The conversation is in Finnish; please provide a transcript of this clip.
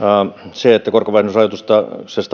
se että korkovähennysrajoituksesta